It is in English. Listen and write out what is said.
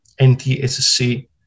NTSC